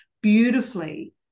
beautifully